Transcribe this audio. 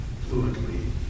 fluently